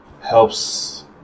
helps